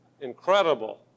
Incredible